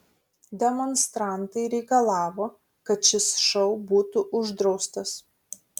demonstrantai reikalavo kad šis šou būtų uždraustas